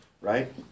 right